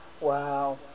Wow